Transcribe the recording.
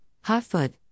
hot-foot